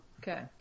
Okay